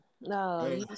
No